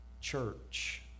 church